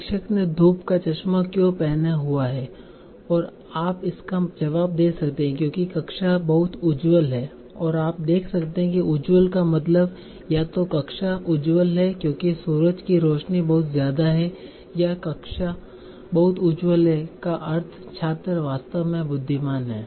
शिक्षक ने धूप का चश्मा क्यों पहना हुआ है और आप इसका जवाब दे सकते हैं क्योंकि कक्षा बहुत उज्ज्वल है और आप देख सकते हैं कि उज्ज्वल का मतलब या तो कक्षा उज्ज्वल है क्यूकि सूरज की रोशनी बहुत ज्यादा है या कक्षा बहुत उज्ज्वल है का अर्थ छात्र वास्तव में बुद्धिमान है